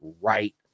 right